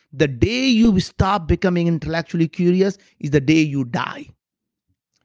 the day you stop becoming intellectually curious is the day you die